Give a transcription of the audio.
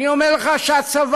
אני אומר לך שהצוואה